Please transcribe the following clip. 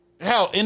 Hell